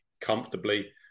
comfortably